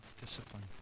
discipline